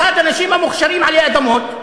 אחד האנשים המוכשרים עלי אדמות,